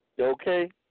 okay